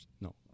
No